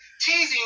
teasing